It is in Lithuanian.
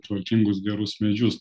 tvarkingus gerus medžius